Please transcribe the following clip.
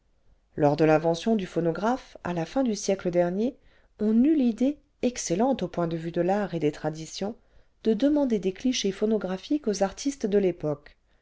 lors de l'invention du phonographe à la fin du siècle dernier on eut l'idée excellente au point de vue de l'art et des traditions de demander des cbchés phonographiques aux artistes de l'époque